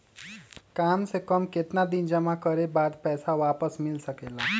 काम से कम केतना दिन जमा करें बे बाद पैसा वापस मिल सकेला?